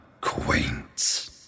quaint